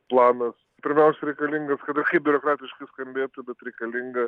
planas pirmiausia reikalingas kad ir kaip biurokratiškai skambėtų bet reikalingas